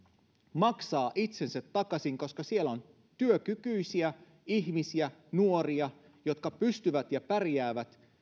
maksaa itsensä takaisin koska siellä on työkykyisiä ihmisiä nuoria jotka pystyvät ja pärjäävät